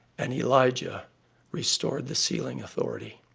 and elijah restored the sealing authority.